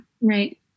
Right